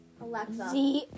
Alexa